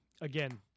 again